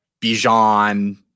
Bijan